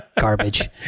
Garbage